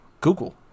Google